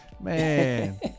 Man